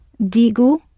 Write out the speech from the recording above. Digo